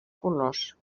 colors